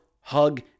hug